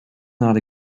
not